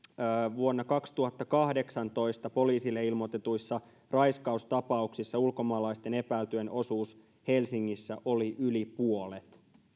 vuonna kaksituhattakahdeksantoista poliisille ilmoitetuissa raiskaustapauksissa ulkomaalaisten epäiltyjen osuus helsingissä oli yli puolet